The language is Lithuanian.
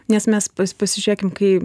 nes mes pas pasižiūrėkim kai